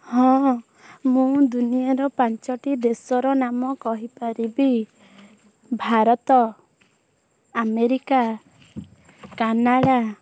ହଁ ମୁଁ ଦୁନିଆର ପାଞ୍ଚଟି ଦେଶର ନାମ କହିପାରିବି ଭାରତ ଆମେରିକା କାନାଡ଼ା